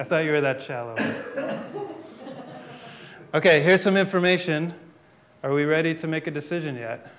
i thought you were that shallow ok here's some information are we ready to make a decision yet